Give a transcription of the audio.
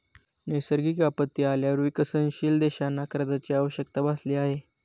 नैसर्गिक आपत्ती आल्यावर विकसनशील देशांना कर्जाची आवश्यकता भासली आहे